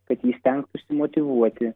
kad jį stengtųsi motyvuoti